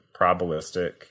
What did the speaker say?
probabilistic